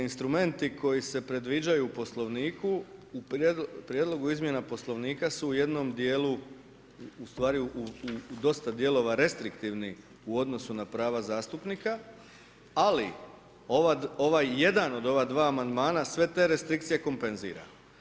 Instrumenti koji se predviđaju u Poslovniku, u prijedlogu izmjena Poslovnika su u jednom djelu ustvari u dosta dijelova restriktivni u odnosu na prava zastupnika ali ovaj jedan od ova dva amandmana, sve te restrikcije kompenzira.